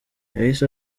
yahise